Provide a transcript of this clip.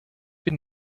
bin